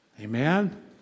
Amen